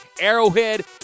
Arrowhead